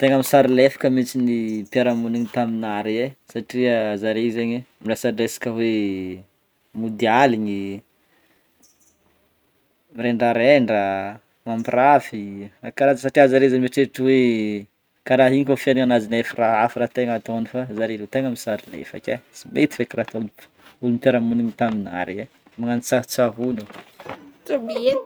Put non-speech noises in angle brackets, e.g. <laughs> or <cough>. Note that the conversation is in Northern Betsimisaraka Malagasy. Tegna misary lefaka mintsy ny mpiaramonigny taminah reo e satria zare zegny miresadresaka hoe mody aligny, mirendrarendra, mampirafy karaha zay satria zare zany mieritreritra hoe karaha igny koa fiaignanazy nefa raha hafa raha tegna ataony fa zare rô tegna misary lefaka e tsy mety feky raha ataony f- ôlo mpiaramonigny taminah regny e, magnano tsarotsaroana fo. <laughs> <noise>